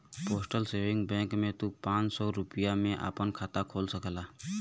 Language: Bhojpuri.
पोस्टल सेविंग बैंक में तू पांच सौ रूपया में आपन खाता खोल सकला